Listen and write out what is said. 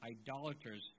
idolaters